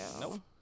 Nope